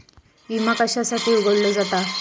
विमा कशासाठी उघडलो जाता?